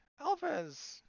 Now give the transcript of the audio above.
Alvarez